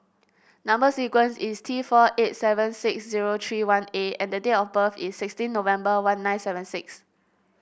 number sequence is T four eight seven six zero three one A and the date of birth is sixteen November one nine seven six